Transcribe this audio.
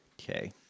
Okay